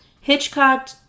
Hitchcock